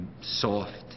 soft